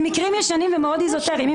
זה מקרים ישנים ומאוד אזוטריים.